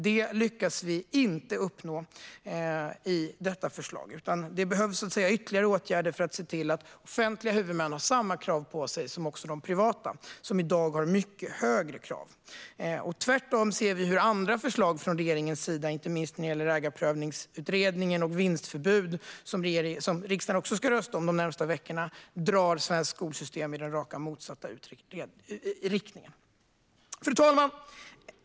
Det lyckas vi inte uppnå med detta förslag, utan det behövs ytterligare åtgärder för att se till att offentliga huvudmän har samma krav på sig som privata, som i dag har mycket högre krav på sig. Tvärtom ser vi hur andra förslag från regeringens sida, inte minst gällande Ägarprövningsutredningen och vinstförbud, som riksdagen också ska rösta om de närmaste veckorna, drar det svenska skolsystemet i rakt motsatt riktning. Fru talman!